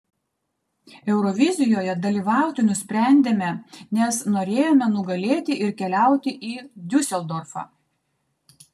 eurovizijoje dalyvauti nusprendėme nes norėjome nugalėti ir keliauti į diuseldorfą